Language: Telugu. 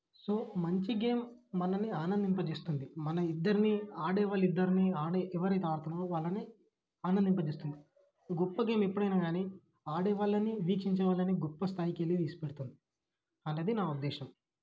సో మంచి గేమ్ మనల్ని ఆనందింపజేస్తుంది మన ఇద్దరినీ ఆడే వాళ్ళిద్దరినీ ఆడే ఎవరైతే ఆడుతున్నారో వాళ్ళని ఆనందింపజేస్తుంది ఒక గొప్ప గేమ్ ఎప్పుడైనా గానీ ఆడేవాళ్ళని వీక్షించే వాళ్ళని గొప్ప స్థాయికెళ్ళి ఇడిచిపెడుతుంది అనేది నా ఉద్దేశం